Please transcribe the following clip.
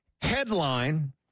headline